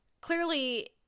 clearly